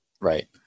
Right